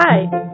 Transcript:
Hi